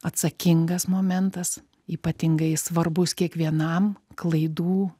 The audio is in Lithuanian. atsakingas momentas ypatingai svarbus kiekvienam klaidų